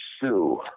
Sue